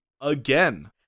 again